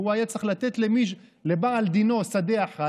והוא היה צריך לבעל דינו שדה אחד,